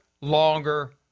longer